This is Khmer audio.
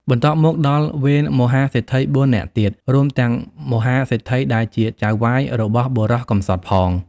បន្ទាប់មកដល់វេនមហាសេដ្ឋី ៤ នាក់ទៀត រួមទាំងមហាសេដ្ឋីដែលជាចៅហ្វាយរបស់បុរសកំសត់ផង។